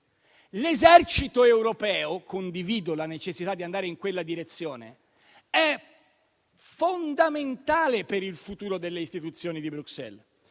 direzione - è fondamentale per il futuro delle istituzioni di Bruxelles,